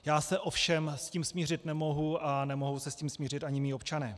Já se ovšem s tím smířit nemohu a nemohou se s tím smířit ani mí občané.